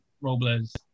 Robles